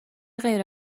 غیر